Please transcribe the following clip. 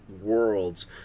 worlds